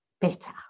better